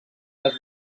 les